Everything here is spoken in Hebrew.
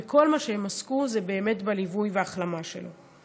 וכל מה שהם עסקו בו זה באמת ליווי וההחלמה שלו.